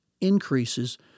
increases